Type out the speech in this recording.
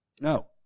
No